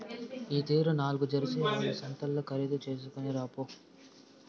ఈ తూరి నాల్గు జెర్సీ ఆవుల సంతల్ల ఖరీదు చేస్కొని రాపో